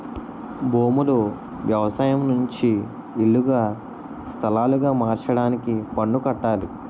భూములు వ్యవసాయం నుంచి ఇల్లుగా స్థలాలుగా మార్చడానికి పన్ను కట్టాలి